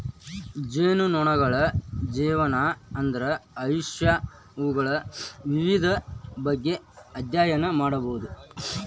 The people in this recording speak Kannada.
ಜೇನುನೊಣಗಳ ಜೇವನಾ, ಅದರ ಆಯುಷ್ಯಾ, ಅವುಗಳ ವಿಧದ ಬಗ್ಗೆ ಅದ್ಯಯನ ಮಾಡುದು